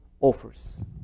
offers